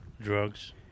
Drugs